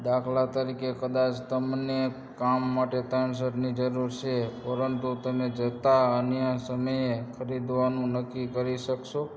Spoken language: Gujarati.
દાખલા તરીકે કદાચ તમને કામ માટે ત્રણ શર્ટની જરૂર છે પરંતુ તમે જતા અન્ય સમયે ખરીદવાનું નક્કી કરી શકશો